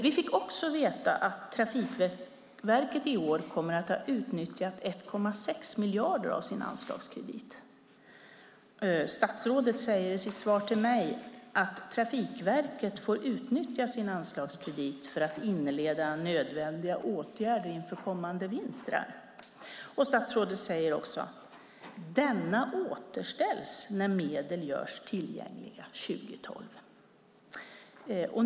Vi fick också veta att Trafikverket i år kommer att ha utnyttjat 1,6 miljarder av sin anslagskredit. Statsrådet säger i sitt svar till mig att Trafikverket får utnyttja sin anslagskredit för att inleda nödvändiga åtgärder inför kommande vintrar. Statsrådet säger också att denna återställs när medel görs tillgängliga 2012.